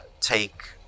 take